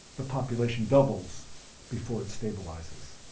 the population doubles before it stabilizes.